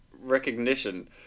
Recognition